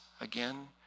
again